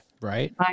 right